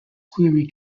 query